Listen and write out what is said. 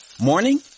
Morning